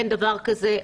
אין דבר כזה.